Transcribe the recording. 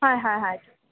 হয় হয় হয়